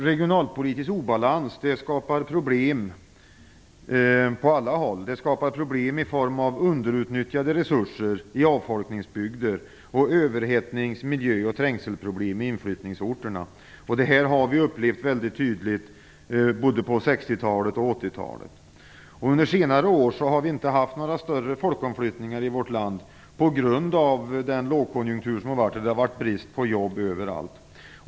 Regionalpolitisk obalans skapar problem på alla håll. Det skapar problem i form av underutnyttjade resurser i avfolkningsbygder och överhettnings-, miljö och trängselproblem i inflyttningsorterna. Detta har vi upplevt väldigt tydligt på både 60 och 80-talet. Under senare år har vi inte haft några större folkomflyttningar i vårt land på grund av den lågkonjunktur som har varit, då det har varit brist på jobb överallt.